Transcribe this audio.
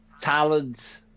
talent